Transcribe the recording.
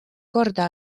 korda